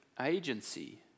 agency